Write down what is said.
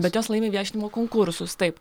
bet jos laimi viešinimo konkursus taip